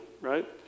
right